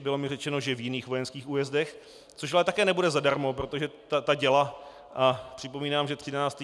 Bylo mi řečeno, že v jiných vojenských újezdech, což ale také nebude zadarmo, protože ta děla připomínám, že 13.